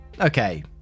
okay